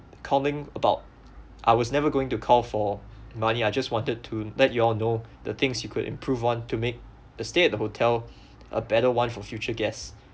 calling about I was never going to call for money I just wanted to let you all know the things you could improve on to make the stay at the hotel a better one for future guests